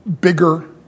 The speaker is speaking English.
bigger